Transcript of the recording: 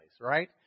right